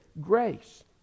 grace